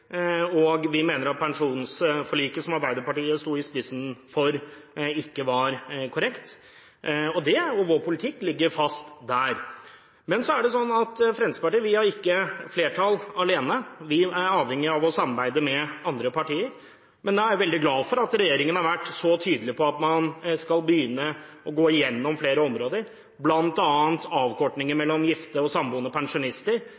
og vi mener at pensjonsforliket, som Arbeiderpartiet sto i spissen for, ikke var korrekt. Vår politikk ligger fast der. Men så er det sånn at Fremskrittspartiet ikke har flertall alene. Vi er avhengig av å samarbeide med andre partier. Men jeg er veldig glad for at regjeringen har vært så tydelig på at man skal begynne å gå igjennom flere områder, bl.a. avkortninger mellom gifte og samboende pensjonister,